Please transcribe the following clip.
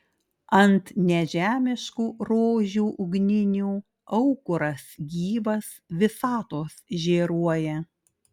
ant nežemiškų rožių ugninių aukuras gyvas visatos žėruoja